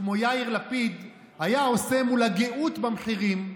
כמו יאיר לפיד היה עושה מול הגאות במחירים,